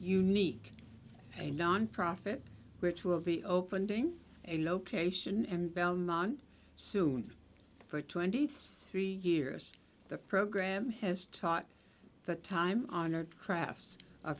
unique a nonprofit which will be opening a location in belmont soon for twenty three years the program has taught that time honored crafts